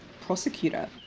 prosecutor